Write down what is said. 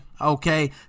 okay